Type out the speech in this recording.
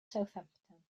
southampton